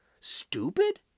stupid